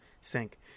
sink